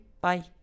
Bye